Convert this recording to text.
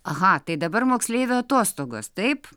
aha tai dabar moksleivių atostogos taip